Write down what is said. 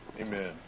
Amen